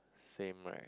same right